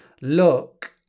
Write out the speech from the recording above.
look